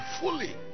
fully